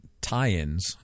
tie-ins